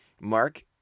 Mark